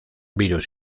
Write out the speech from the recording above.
virus